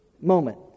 moment